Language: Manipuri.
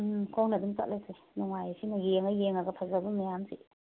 ꯈꯣꯡꯅ ꯑꯗꯨꯝ ꯆꯠꯂꯁꯦ ꯅꯨꯡꯉꯥꯏꯌꯦ ꯁꯤꯅ ꯌꯦꯡꯉ ꯌꯦꯡꯉꯒ ꯐꯖꯕ ꯃꯌꯥꯝꯁꯤ